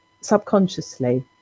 subconsciously